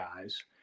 guys